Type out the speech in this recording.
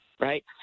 right